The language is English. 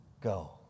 go